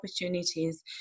opportunities